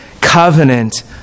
covenant